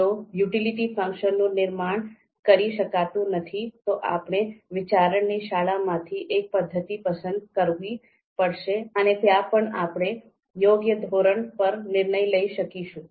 જો યુટિલિટી ફંક્શનનું નિર્માણ કરી શકાતું નથી તો આપણે વિચારણાની શાળામાંથી એક પદ્ધતિ પસંદ કરવી પડશે અને ત્યાં પણ આપણે યોગ્ય ધોરણ પર નિર્ણય લઈ શકીશું